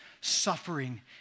suffering